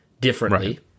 differently